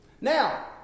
Now